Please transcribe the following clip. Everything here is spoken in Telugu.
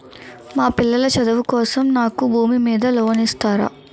మా పిల్లల చదువు కోసం నాకు నా భూమి మీద లోన్ ఇస్తారా?